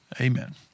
Amen